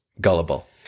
gullible